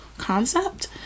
concept